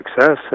success